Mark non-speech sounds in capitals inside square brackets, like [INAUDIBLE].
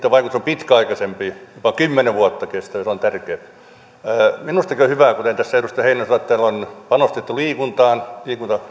[UNINTELLIGIBLE] on pitkäaikaisempi jopa kymmenen vuotta kestää jos on tärkeä minustakin on hyvä kuten tässä edustaja heinonen sanoi että on panostettu liikuntaan